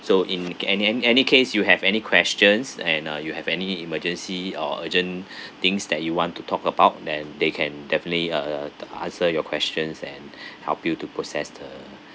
so in any any any case you have any questions and uh you have any emergency or urgent things that you want to talk about then they can definitely uh the answer your questions and help you to process the